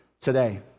today